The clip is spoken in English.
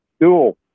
dual